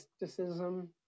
mysticism